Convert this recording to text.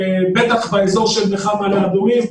בטח באזור של מרחב מעלה אדומים,